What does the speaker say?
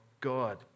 God